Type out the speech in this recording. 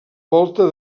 volta